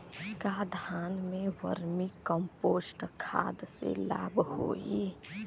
का धान में वर्मी कंपोस्ट खाद से लाभ होई?